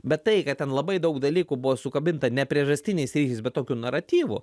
bet tai kad ten labai daug dalykų buvo sukabinta ne priežastiniais ryšiais bet tokiu naratyvu